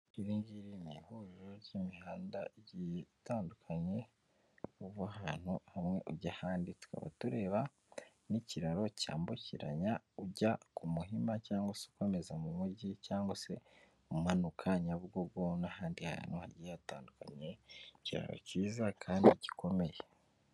Iri ngiri ni ihuriro ry'imihanda igiye itandukanye uva ahantu hamwe ujya handi, tukaba tureba n'ikiraro cyambukiranya ujya ku Muhima cyangwa se ukomeza mu mujyi cyangwa se umanuka Nyabugogo n'ahandi hantu hagiye hatandukanye ikiraro cyiza kandi gikomeye.